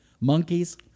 Monkeys